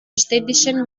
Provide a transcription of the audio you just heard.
städtischen